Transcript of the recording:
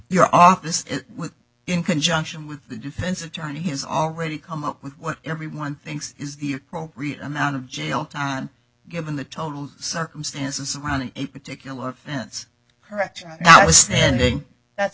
you're off this with in conjunction with the defense attorney has already come up with what everyone thinks is the appropriate amount of jail time given the total circumstances surrounding a particular events correction outstanding that's